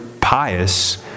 pious